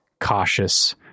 cautious